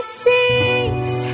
sees